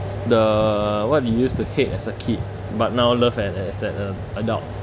the what do you used to hate as a kid but now love and as a adult